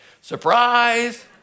surprise